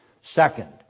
second